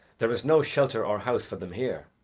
there is no shelter or house for them here.